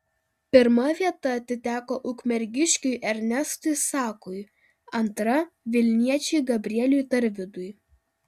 pirma vieta atiteko ukmergiškiui ernestui sakui antra vilniečiui gabrieliui tarvidui